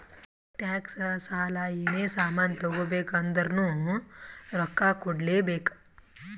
tax, ಸಾಲ, ಏನೇ ಸಾಮಾನ್ ತಗೋಬೇಕ ಅಂದುರ್ನು ರೊಕ್ಕಾ ಕೂಡ್ಲೇ ಬೇಕ್